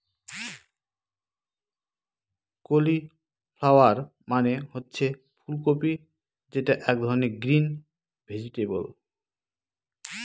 cauliflower মানে হচ্ছে ফুল কপি যেটা এক ধরনের গ্রিন ভেজিটেবল